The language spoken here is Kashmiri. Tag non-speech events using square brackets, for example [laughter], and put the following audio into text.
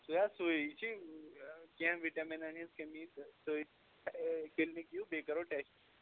سُے حظ سُے یہِ چھِ کیٚنہہ وِٹَمِنَن ہِنٛز کٔمی تہٕ تُہۍ [unintelligible] کِلنِک یِیِو بیٚیہِ کرو ٹٮ۪سٹ